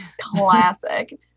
Classic